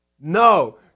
No